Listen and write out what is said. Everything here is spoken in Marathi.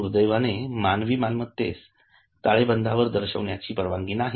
दुर्दैवाने मानवी मालमत्तेस ताळेबंदावर दर्शविण्याची परवानगी नाही